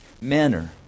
manner